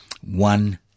One